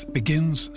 begins